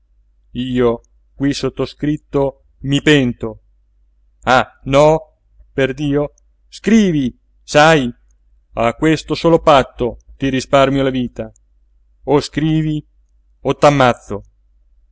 io qui sottoscritto mi pento ah no perdio scrivi sai a questo solo patto ti risparmio la vita o scrivi o